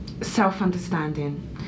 self-understanding